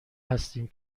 هستیم